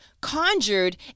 conjured